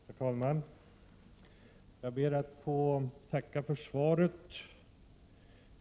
Herr talman! Jag ber att få tacka för svaret på min fråga.